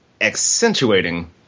accentuating